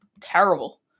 terrible